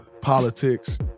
politics